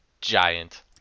giant